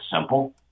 simple